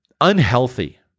unhealthy